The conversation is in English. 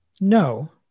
no